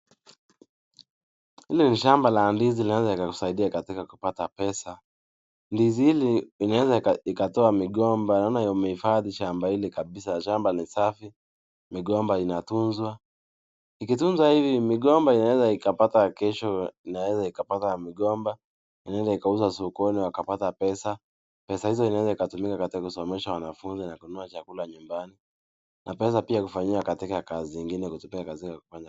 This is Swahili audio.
Hili ni shamba la ndizi linaweza likusaidia katika kupata pesa. Ndizi hili linaweza likatoa migomba, naona wamehifadhi shamba hili kabisa, shamba ni safi, migomba inatunzwa. Likitunzwa hivi, migomba inaweza pata kesho ikauzwa sokoni kupata pesa. Pesa inatumika kusomesha watoto na kutumika nyumbani na kufanya kazi ingine.